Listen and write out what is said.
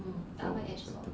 for better